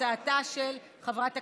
לא